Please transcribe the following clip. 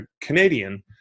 Canadian